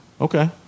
Okay